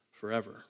forever